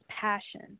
passion